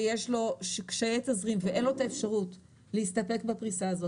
שיש לו קשיי תזרים ואין לו את האפשרות להסתפק בפריסה הזאת,